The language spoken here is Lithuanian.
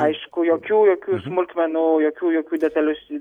aišku jokių jokių smulkmenų jokių jokių detales